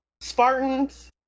Spartans